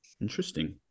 Interesting